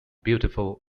beautiful